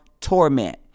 torment